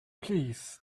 please